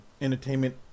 entertainment